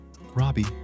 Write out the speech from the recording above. Robbie